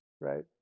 right